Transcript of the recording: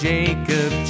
Jacob